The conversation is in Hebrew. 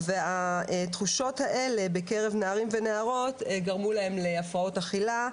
והתחושות האלה בקרב נערים ונערות גרמו להם להפרעות אכילה,